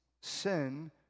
sin